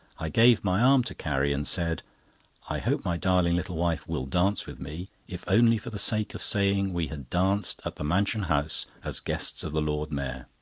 i gave my arm to carrie, and said i hope my darling little wife will dance with me, if only for the sake of saying we had danced at the mansion house as guests of the lord mayor.